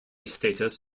status